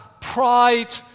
pride